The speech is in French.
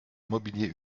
mobilier